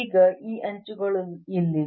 ಈಗ ಈ ಅಂಚುಗಳು ಇಲ್ಲಿವೆ